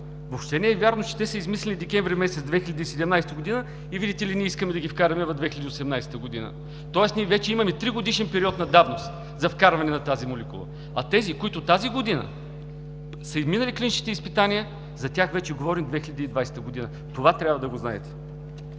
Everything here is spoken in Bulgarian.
Въобще не е вярно, че те са измислени месец декември 2017 г. и, видите ли, ние искаме да ги вкараме в 2018 г. Тоест ние вече имаме 3-годишен период на давност за вкарване на тази молекула. А тези, които тази година са минали клиничните изпитания, за тях вече говорим за 2020 г. Това трябва да знаете!